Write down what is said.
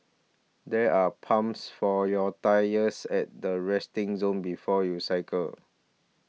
there are pumps for your tyres at the resting zone before you cycle